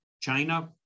China